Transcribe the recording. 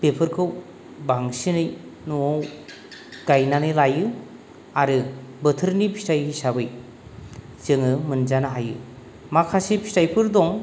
बेफोरखौ बांसिनै न'आव गायनानै लायो आरो बोथोरनि फिथाइ हिसाबै जोङो मोनजानो हायो माखासे फिथाइफोर दं